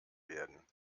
werden